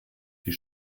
die